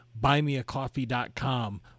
buymeacoffee.com